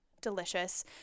delicious